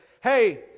hey